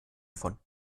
von